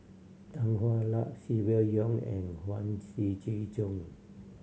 Tan Hwa Luck Silvia Yong and Huang Shiqi Joan